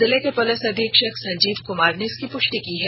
जिले के पुलिस अधीक्षक संजीव कुमार ने इसकी पुष्टि की है